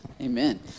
amen